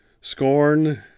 Scorn